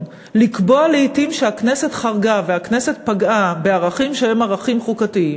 לקבוע לעתים שהכנסת חרגה והכנסת פגעה בערכים שהם ערכים חוקתיים,